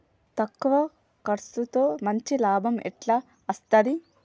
తక్కువ కర్సుతో మంచి లాభం ఎట్ల అస్తది?